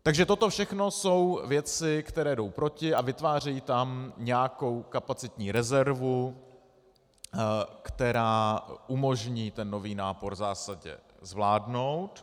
Takže toto všechno jsou věci, které jdou proti a vytvářejí tam nějakou kapacitní rezervu, která umožní nový nápor v zásadě zvládnout.